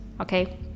okay